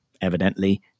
evidently